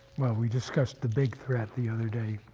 we discussed the big threat the other day